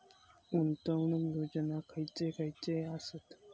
गुंतवणूक योजना खयचे खयचे आसत?